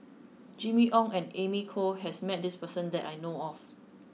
Jimmy Ong and Amy Khor has met this person that I know of